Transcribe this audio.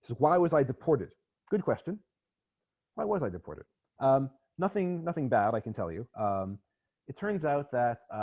why was i deported good question why was i deported um nothing nothing bad i can tell you it turns out that